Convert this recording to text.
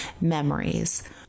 memories